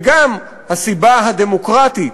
גם הסיבה הדמוקרטית,